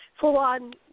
full-on